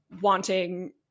wanting